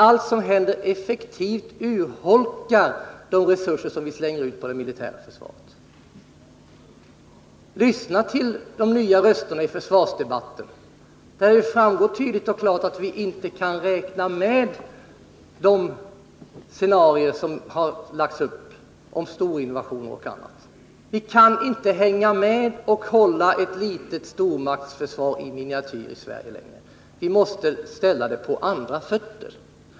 Allt som händer urholkar effektivt de resurser vi slänger ut på det militära försvaret. Lyssna till de nya rösterna i försvarsdebatten! Det framgår tydligt och klart att vi inte kan räkna med de scenerier som lagts upp för storinvasioner och liknande. Vi kan inte hänga med och hålla ett stormaktsförsvar i miniatyr i Sverige. Vi måste ställa försvaret på andra fötter.